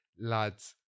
Lads